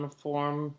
form